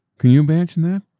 can you imagine that?